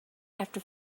after